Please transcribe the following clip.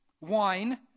wine